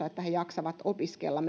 kunnossa että he jaksavat opiskella